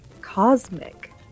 cosmic